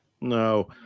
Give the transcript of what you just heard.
No